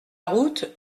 route